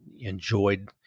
enjoyed